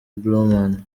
blauman